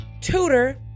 tutor